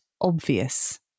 obvious